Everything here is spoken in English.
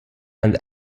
and